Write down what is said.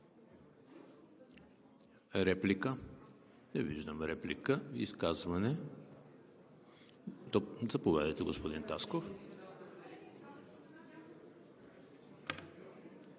Реплика? Не виждам. Изказване – заповядайте, господин Тасков.